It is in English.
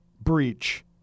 breach